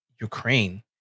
Ukraine